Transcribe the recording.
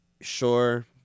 sure